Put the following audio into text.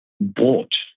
bought